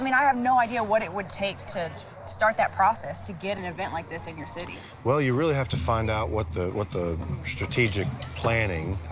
i mean um no idea what it would take to start that process, to get an event like this in your city. well, you really have to find out what the, what the strategic planning.